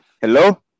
hello